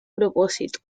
propósito